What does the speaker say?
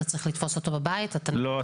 אתה צריך לתפוס אותו בבית --- לא,